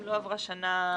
אם לא עברה שנה.